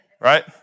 Right